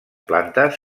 plantes